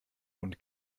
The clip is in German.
und